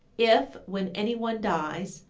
if, when any one dies,